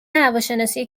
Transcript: هواشناسی